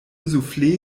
souffle